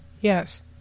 Yes